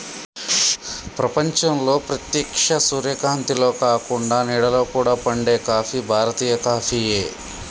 ప్రపంచంలో ప్రేత్యక్ష సూర్యకాంతిలో కాకుండ నీడలో కూడా పండే కాఫీ భారతీయ కాఫీయే